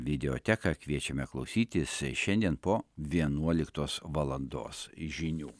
videoteką kviečiame klausytis šiandien po vienuoliktos valandos žinių